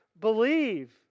believe